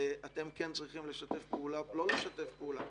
ואתם צריכים לשתף פעולה לא לשתף פעולה,